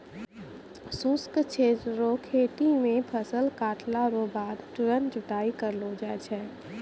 शुष्क क्षेत्र रो खेती मे फसल काटला रो बाद तुरंत जुताई करलो जाय छै